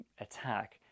attack